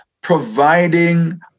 providing